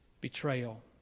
Betrayal